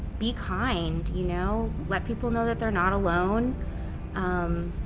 be kind, you know, let people know that they're not alone um